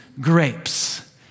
grapes